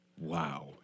Wow